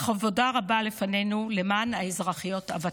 אך עבודה רבה לפנינו למען האזרחיות הוותיקות.